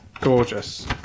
gorgeous